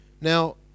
now